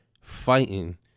Fighting